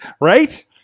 right